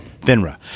FINRA